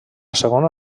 segona